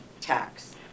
tax